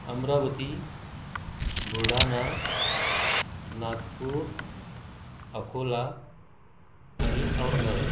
अमरावती बुलढाणा नागपूर अकोला आणि औरंगाबाद